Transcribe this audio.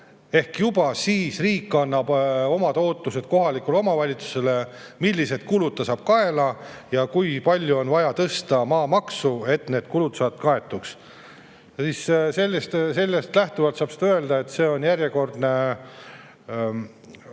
Ehk siis riik annab juba kohalikule omavalitsusele [teada], millised kulud ta saab kaela ja kui palju on vaja tõsta maamaksu, et need kulud saaks kaetud. Sellest lähtuvalt saab öelda, et see on järjekordne,